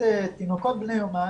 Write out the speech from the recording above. תינוקות בני יומם